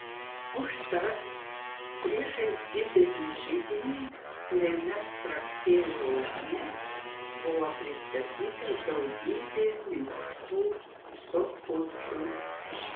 užtat priešais didelį židinį kuriame spragsėjo ugnis buvo pristatyta daugybė minkštų sofučių